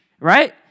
right